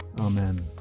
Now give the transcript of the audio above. Amen